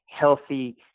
healthy